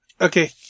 Okay